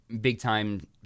big-time